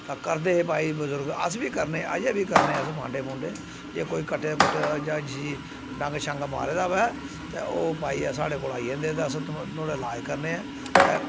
ते करदे हे भाई बजुर्ग अस बी करने अजें बी करने अस फांडे फुंडे जे कोई कट्टे कुट्टे दा जां जिसी डंग शंग मारे दा होऐ ते ओह् भाई साढ़े कोल आई जन्दे ते अस नोह्ड़ा लाज करने ऐं ते